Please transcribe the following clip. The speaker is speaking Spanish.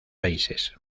países